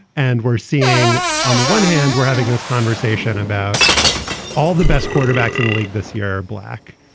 and we're seeing on the one hand, we're having this conversation about all the best quarterbacks in the league this year. black.